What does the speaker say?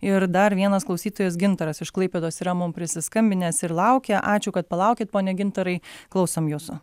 ir dar vienas klausytojas gintaras iš klaipėdos yra mum prisiskambinęs ir laukia ačiū kad palaukėt pone gintarai klausom jūsų